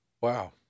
Wow